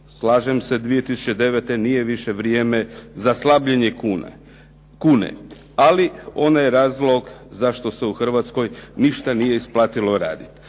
slažem se 2009. nije više vrijeme za slabljenje kune. Ali ona je razlog zašto se u Hrvatskoj ništa nije isplatilo raditi.